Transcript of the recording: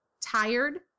tired